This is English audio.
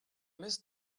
miss